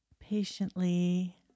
patiently